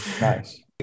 nice